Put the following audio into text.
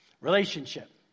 Relationship